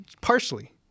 partially